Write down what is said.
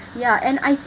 ya and I